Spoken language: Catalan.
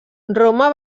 roma